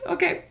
Okay